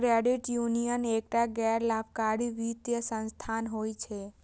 credit union एकटा गैर लाभकारी वित्तीय संस्थान होइ छै